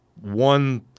one